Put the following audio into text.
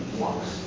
walks